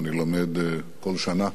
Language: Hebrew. ואני לומד כל שנה,